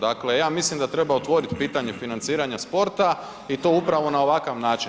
Dakle ja mislim da treba otvoriti pitanje financiranja sporta i to upravo na ovakav način.